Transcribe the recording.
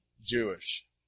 Jewish